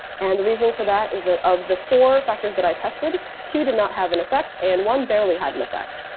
and the reasoning for that is that of the four factors that i tested, two did not have an effect and one barely had an effect.